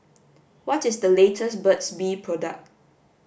what is the latest Burt's bee product